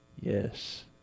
yes